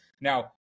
Now